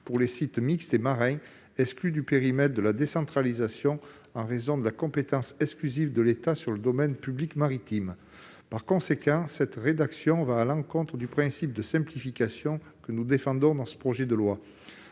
autres sites, mixtes et marins, qui sont exclus du périmètre de la décentralisation en raison de la compétence exclusive de l'État sur le domaine public maritime. Par conséquent, cette rédaction va à l'encontre du principe de simplification que nous défendons dans ce projet de loi.